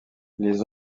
les